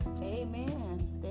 Amen